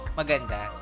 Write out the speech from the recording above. maganda